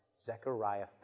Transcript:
Zechariah